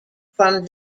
from